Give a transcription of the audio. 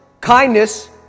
kindness